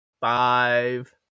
five